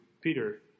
Peter